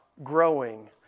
growing